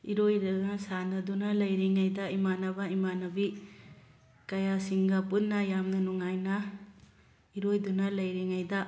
ꯏꯔꯣꯏꯔꯒ ꯁꯥꯟꯅꯗꯨꯅ ꯂꯩꯔꯤꯉꯩꯗ ꯏꯃꯥꯟꯅꯕ ꯏꯃꯥꯟꯅꯕꯤ ꯀꯌꯥꯁꯤꯡꯒ ꯄꯨꯟꯅ ꯌꯥꯝꯅ ꯅꯨꯡꯉꯥꯏꯅ ꯏꯔꯣꯏꯗꯨꯅ ꯂꯩꯔꯤꯉꯩꯗ